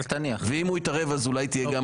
אל תניח, אתה אופטימי.